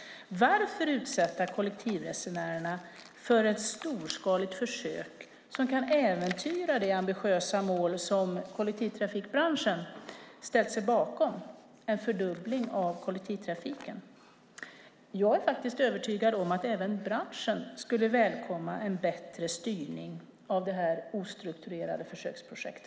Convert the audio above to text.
Varför ska man utsätta kollektivresenärerna för ett storskaligt försök som kan äventyra det ambitiösa mål som kollektivtrafikbranschen ställt sig bakom, en fördubbling av kollektivtrafiken? Jag är övertygad om att även branschen skulle välkomna en bättre styrning av detta ostrukturerade försöksprojekt.